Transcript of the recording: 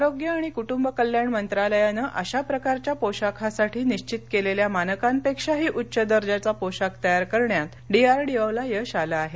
आरोग्य आणि कुटुंब कल्याण मंत्रालयानं अशा प्रकारच्या पोशाखासाठी निश्चित केलेल्या मानकांपेक्षाही उच्च दर्जाचा पोशाख तयार करण्यात डीआरडीओला यश आलं आहे